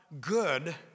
good